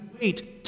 wait